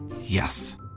Yes